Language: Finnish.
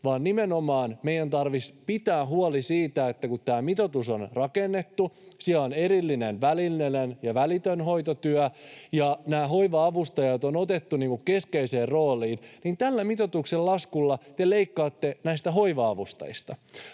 Nimenomaan meidän tarvitsisi pitää huoli siitä, että kun tämä mitoitus on rakennettu, siellä on erillinen välillinen ja välitön hoitotyö ja nämä hoiva-avustajat on otettu keskeiseen rooliin, niin tällä mitoituksen laskulla te leikkaatte näistä hoiva-avustajista.